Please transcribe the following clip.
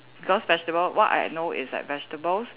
because vegetable what I know is that vegetables